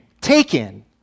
taken